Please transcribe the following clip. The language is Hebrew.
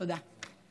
תודה.